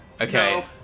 Okay